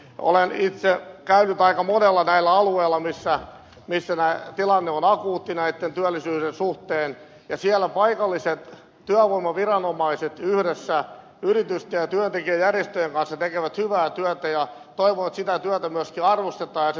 olen itse käynyt aika monilla näillä alueilla missä tilanne on akuutti työllisyyden suhteen ja siellä paikalliset työvoimaviranomaiset yhdessä yritysten ja työntekijäjärjestöjen kanssa tekevät hyvää työtä ja toivon että sitä työtä myöskin arvostetaan ja se saa riittävät resurssit